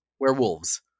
werewolves